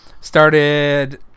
Started